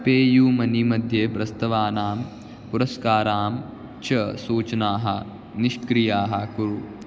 pay you money मध्ये प्रस्तवानां पुरस्काराणां च सूचनाः निष्क्रियाः कुरु